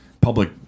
public